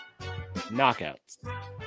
knockouts